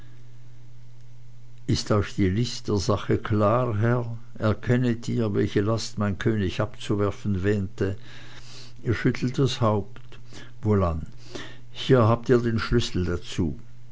ist euch die list der sache klar herr erkennet ihr welche last mein könig abzuwerfen wähnte ihr schüttelt das haupt wohlan hier habt ihr den schlüssel dazu